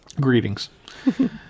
Greetings